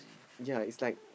yea is like